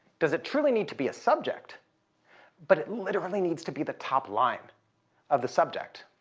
does it truly need to be a subject but it literally needs to be the top line of the subject.